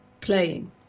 playing